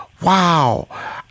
wow